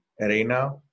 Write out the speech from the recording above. arena